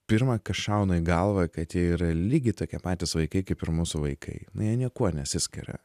pirma kas šauna į galvą kad jie yra lygiai tokie patys vaikai kaip ir mūsų vaikai nu jie niekuo nesiskiria